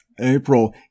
april